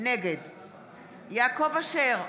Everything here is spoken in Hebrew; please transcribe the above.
נגד יעקב אשר,